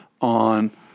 on